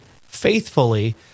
faithfully